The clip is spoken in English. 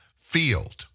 Field